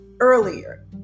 earlier